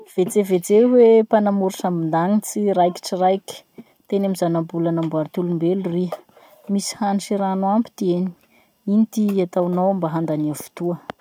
Vetsevetseo hoe mpanamory sambon-dagnitsy raikitry raiky teny amin'ny zanabola namboary ty olombelo riha. Misy rano sy rano ampy ty eny. Ino ty hataonao mba handania fotoa?